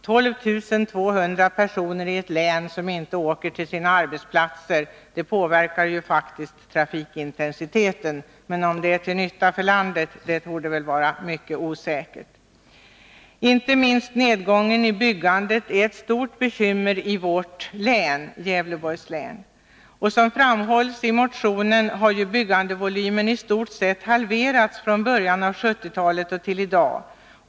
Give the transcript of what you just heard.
Att 12 217 personer i ett län inte åker till sin arbetsplats påverkar faktiskt trafikintensiteten. Men om detta är till nytta för landet torde vara mycket osäkert. Inte minst nedgången i byggandet är ett stort bekymmer i Gävleborgs län. Som framhålls i motionen har byggandevolymen i stort sett halverats från början av 1970-talet fram till i dag.